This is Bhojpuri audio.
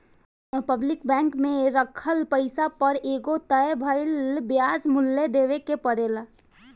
पब्लिक बैंक में राखल पैसा पर एगो तय भइल ब्याज मूल्य देवे के परेला